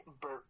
Bert